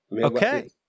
Okay